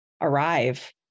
arrive